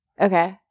Okay